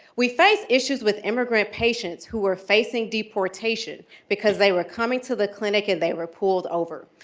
we face issues with immigrant patients who are facing deportation because they were coming to the clinic and they were pulled over.